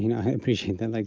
you know i appreciate them like